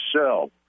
sell